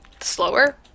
slower